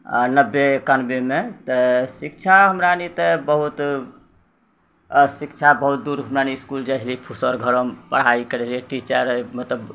आओर नब्बे एक्यानवेमे तऽ शिक्षा हमरा आरि तऽ बहुत शिक्षा बहुत दूर हमरा आरि इसकुल जाइ छलिए फूसऽ घरमे पढ़ाइ करैलए टीचर मतलब